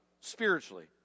spiritually